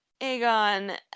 Aegon